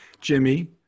Jimmy